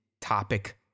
topic